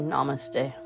Namaste